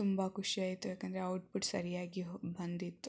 ತುಂಬ ಖುಷಿ ಆಯಿತು ಯಾಕೆಂದರೆ ಔಟ್ಪುಟ್ ಸರಿಯಾಗಿ ಬಂದಿತ್ತು